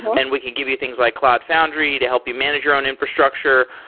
and we can give you things like cloud foundry to help you manage your own infrastructure.